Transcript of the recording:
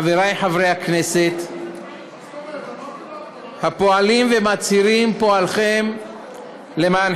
חברי חברי הכנסת הפועלים ומצהירים על פועלכם למען